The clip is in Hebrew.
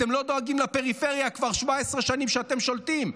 אתם לא דואגים לפריפריה כבר 17 שנים שאתם שולטים,